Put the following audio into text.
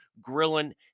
grilling